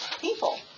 people